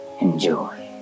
enjoy